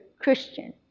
Christian